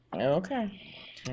Okay